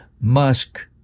Musk